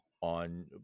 on